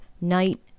Night